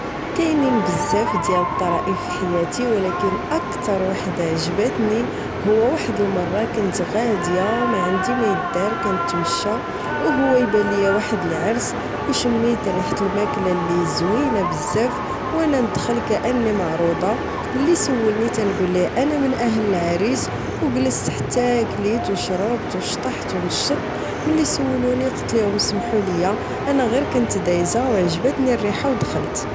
كينين بزاف ديال الطرائف فحياتي ولكن أكتر وحدة عجباتني هو واحد المرة كنت غادية ماعندي ميدار كنتمشى أهوا إيبان ليا واحد العرس أو شميت ريحة الماكلة لي زوينة بزاف ونا ندخل كأني معروضة لي سولني كنݣوليه أنا من أهل العريس أو ݣلست حتى كليت أو شربت أو شتحط أو نشط ملي سولوني قتليهوم سمحو ليا أنا غير كنت ديزة أو عجباتني الريحة أودخل